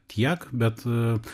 tiek bet